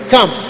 Come